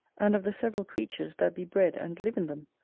and of the several creatures that be bred and live in them,